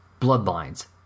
Bloodlines